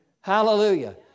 Hallelujah